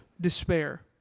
despair